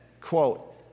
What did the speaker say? Quote